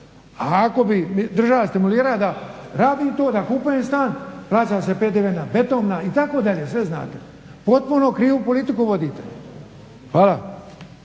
A ako bi me država stimulirala da radim to, da kupujem stan plaća se PDV na beton itd., sve znate. Potpuno krivu politiku vodite. Hvala.